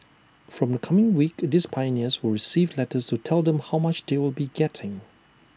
from the coming week these pioneers will receive letters to tell them how much they will be getting